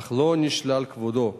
אך לא נשלל כבודו.